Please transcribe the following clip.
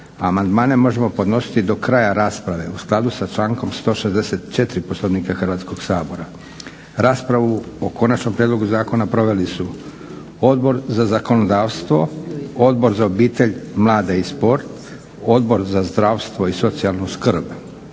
Amandmane možemo podnositi do kraja rasprave u skladu sa člankom 164. Poslovnika Hrvatskog sabora. Raspravu o konačnom prijedlogu zakona proveli su: Odbor za zakonodavstvo, Odbor za obitelj, mlade i sport, Odbor za zdravstvo i socijalnu skrb.